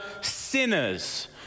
sinners